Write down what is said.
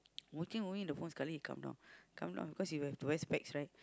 watching only the phone suddenly he come down come down because you have to wear specs right